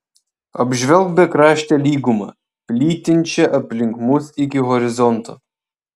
apžvelk bekraštę lygumą plytinčią aplink mus iki horizonto